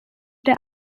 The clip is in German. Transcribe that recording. der